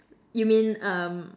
you mean um